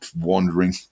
wandering